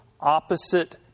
opposite